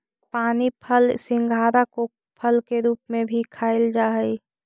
पानी फल सिंघाड़ा को फल के रूप में भी खाईल जा हई